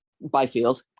byfield